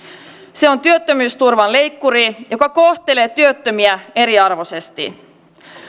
se on työttömyysturvan leikkuri joka kohtelee työttömiä eriarvoisesti